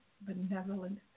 benevolent